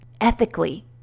ethically